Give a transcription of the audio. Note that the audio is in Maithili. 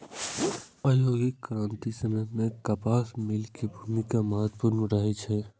औद्योगिक क्रांतिक समय मे कपास मिल के भूमिका महत्वपूर्ण रहलै